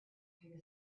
through